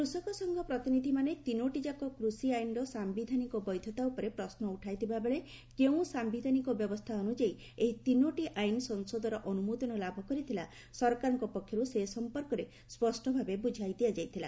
କୃଷକ ସଂଘର ପ୍ରତିନିଧିମାନେ ତିନିଟି ଯାକ କୃଷି ଆଇନ୍ର ସାୟିଧାନିକ ବୈଧତା ଉପରେ ପ୍ରଶ୍ନ ଉଠାଇଥିବାବେଳେ କେଉଁ ସାୟିଧାନିକ ବ୍ୟବସ୍ଥା ଅନୁଯାୟୀ ଏହି ତିନିଟି ଆଇନ୍ ସଂସଦର ଅନୁମୋଦନ ଲାଭ କରିଥିଲା ସରକାରଙ୍କ ପକ୍ଷରୁ ସେ ସମ୍ପର୍କରେ ସ୍ୱଷ୍ଟ ଭାବେ ବୁଝାଇ ଦିଆଯାଇଥିଲା